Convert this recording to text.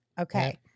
Okay